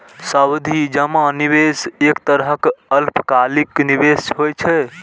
सावधि जमा निवेशक एक तरहक अल्पकालिक निवेश होइ छै